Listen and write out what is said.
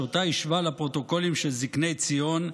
שאותה השווה לפרוטוקולים של זקני ציון,